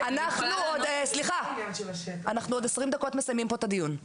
אנחנו עוד 20 דקות מסיימים פה את הדיון,